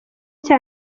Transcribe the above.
cya